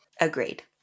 Agreed